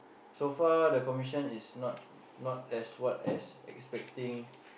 so far the commission is not not as what as expecting